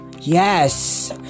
Yes